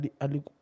ali